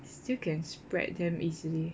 still can spread damn easily